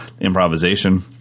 improvisation